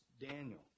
Daniel